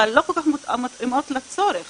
אבל לא כל כך מתאימות לצורך